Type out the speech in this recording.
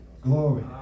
glory